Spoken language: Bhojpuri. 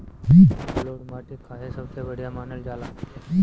जलोड़ माटी काहे सबसे बढ़िया मानल जाला?